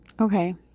okay